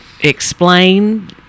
explain